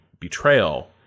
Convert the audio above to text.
betrayal